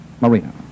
Marina